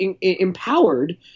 empowered